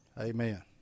Amen